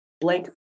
blank